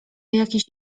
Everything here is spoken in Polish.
jakiś